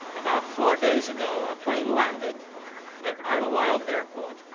about four days ago, a plane landed at idelwild airport.